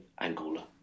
Angola